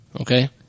Okay